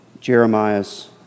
Jeremiah's